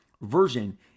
version